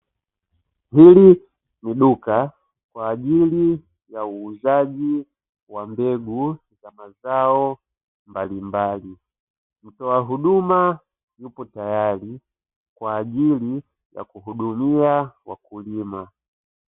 Hili ni duka kwa ajili ya uuzaji wa mbegu za mazao mbalimbali, mtoa huduma yupo tayari kwa ajili ya kuhudumia wakulima.